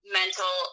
mental